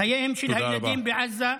חייהם של הילדים בעזה,